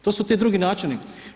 To su ti drugi načini.